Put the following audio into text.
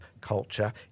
culture